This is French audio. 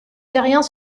terriens